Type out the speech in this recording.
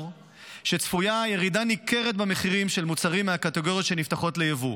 שצפויה ירידה ניכרת במחירים של מוצרים מהקטגוריות שנפתחות ליבוא.